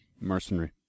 Mercenary